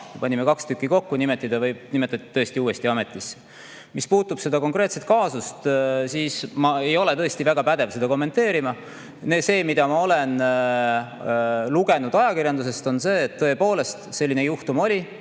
panime kaks tükki kokku ja ta nimetati tõesti uuesti ametisse. Mis puutub seda konkreetset kaasust, siis ma ei ole tõesti väga pädev seda kommenteerima. Ma olen lugenud ajakirjandusest, et tõepoolest selline juhtum oli,